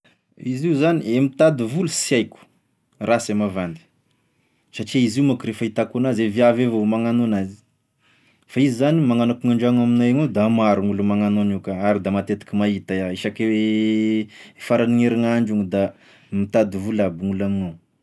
Izy io zany, i mitady volo sy haiko, rasy e mavandy, satria izy io manko re fahitako an'azy e viavy avao e magnano an'azy, fa izy zany magnano ako gn'andragno aminay ao da maro gn'olo magnano an'io ka ary da matetiky mahita iaho isaky faran'ny gn'erignandro igny da mitady volo aby gn'olo amignao.